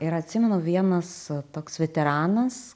ir atsimenu vienas toks veteranas